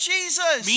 Jesus